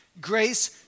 Grace